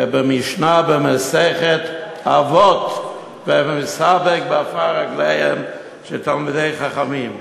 כבמשנה במסכת אבות: והווי מתאבק בעפר רגליהם של תלמידי חכמים.